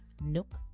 nope